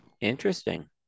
Interesting